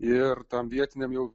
ir tam vietiniam jau